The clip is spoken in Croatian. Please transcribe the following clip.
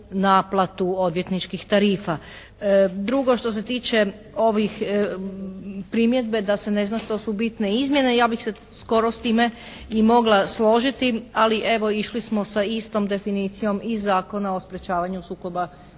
naplatu odvjetničkih tarifa. Drugo što se tiče ovih primjedbe da se ne zna što su bitne izmjene, ja bih se skoro s time i mogla složiti, ali evo išli smo sa istom definicijom i Zakona o sprječavanju sukoba